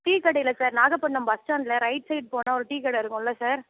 tea கடையில் sir Nagapattinam bus ஸ்டாண்ட்டில் right side போனால் ஒரு டீ கடை இருக்கும்ல சார்